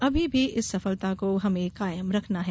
अभी भी इस सफलता को हमे कायम रखना है